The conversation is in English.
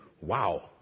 wow